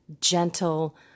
gentle